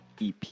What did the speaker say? ep